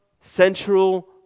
central